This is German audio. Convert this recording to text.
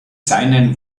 seinen